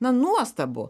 na nuostabu